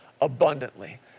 abundantly